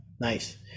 Nice